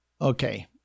Okay